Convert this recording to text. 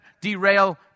derail